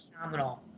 phenomenal